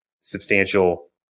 substantial